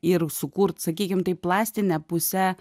ir sukurt sakykim taip plastine puse